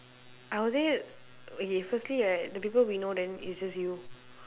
I would say okay firstly right the people we know then is just you